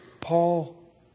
Paul